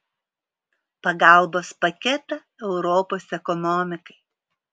pagalbos paketą europos ekonomikai